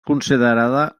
considerada